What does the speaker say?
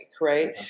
right